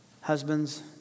husbands